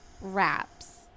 wraps